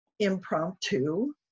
impromptu